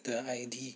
the I_D